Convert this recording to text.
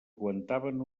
aguantaven